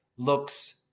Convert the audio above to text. looks